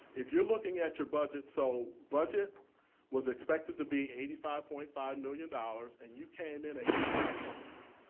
if you're looking at your budget, so budget was expected to be eighty five point five million dollars and you came in at eighty five point nine.